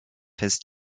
his